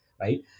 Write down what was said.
right